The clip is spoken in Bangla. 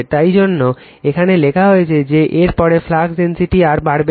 তাই জন্য এখানে লেখা হয়েছে যে এর পরে ফ্লাক্স ডেনসিটি আর বাড়বে না